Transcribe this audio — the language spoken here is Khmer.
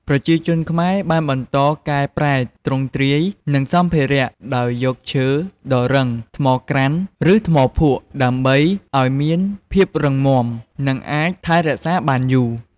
ប្រជាជនខ្មែរបានបន្តកែប្រែទ្រង់ទ្រាយ និងសម្ភារៈ ដោយយកឈើដ៏រឹង ថ្មក្រាន ឬថ្មភក់ ដើម្បីឲ្យមានភាពរឹងមាំ និងអាចថែរក្សាបានយូរ។។